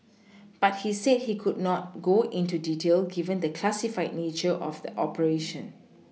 but he said he could not go into detail given the classified nature of the operation